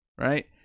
right